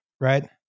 right